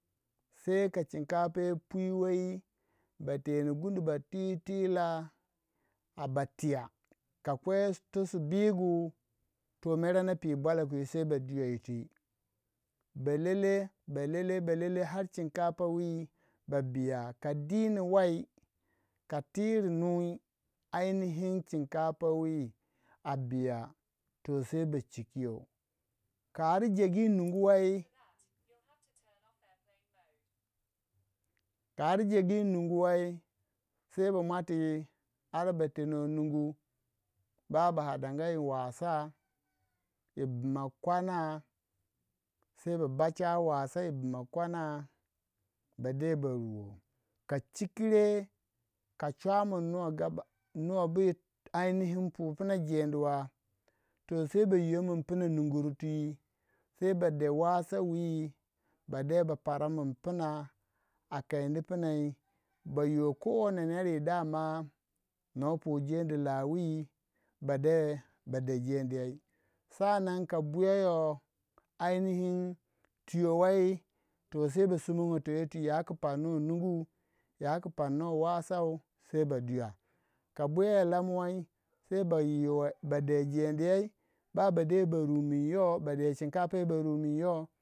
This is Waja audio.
Sai ka chin ka pu wei ba teni gundu ba twitwilal ba tiya ka kwe tosu bigu toh mere na pi bwaloki ba dya yiti belele belele balele har chinkafa we ba biya ka dinu wei ka twi nui ainihin chinkafa we a biya to sai ba chiki yoh ka ari jegu yinumgu wei ka ari jegu yinumgu wei sei ba muati ara ba tenoh nungu ba ba adan ga yi wasa yi bima kwana sai ba bacha wasa yi bima kwana bade baruwo ka chikire ka chuamin nuwa ainihi pupuma jendi wa ba yiyomon puma nugur twi ba de wasa wi bade ba parmin pima a kenndi pumai ba yiwe kowonoh neru dama now pu jendi lawi ba de bade bade jendi sa'an nan ka yey buya yoh ainihi yoh wei toyo ba sumongo toyoy noi parni nungu yaku panor wasau ba duya ka buya yoh Lammuwei boy yiwe dendiyek ba ba de ba rumin yoh bade chinkafa ba de ba rumin yoh.